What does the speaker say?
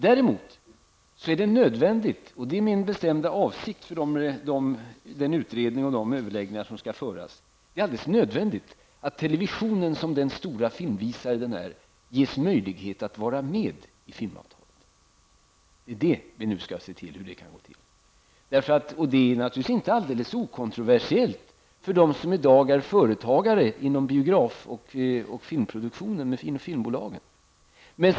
Däremot är det min bestämda utgångspunkt för den utredning som skall göras och de överläggningar som skall föras att det är nödvändigt att televisionen, som är en stor filmvisare, ges möjlighet att vara med i filmavtalet. Vi skall nu undersöka hur det kan gå till. Detta är naturligtvis inte en helt okontroversiell fråga för dem som är företagare inom biografverksamheten, filmproduktionen och inom filmbolagen.